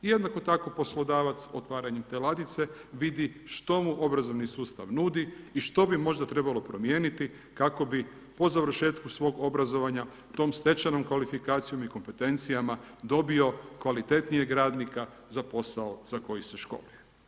I jednako tako poslodavac otvaranjem te ladice vidimo što mu obrazovni sustav nudi i što bi možda trebalo promijeniti kako bi po završetku svog obrazovanja tom stečenom kvalifikacijom i kompetencijom obrazovanja, dobio kvalitetnijeg radnika za posao za koji se školuje.